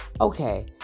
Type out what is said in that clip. okay